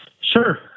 Sure